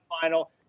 final